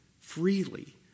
freely